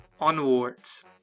onwards